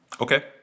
Okay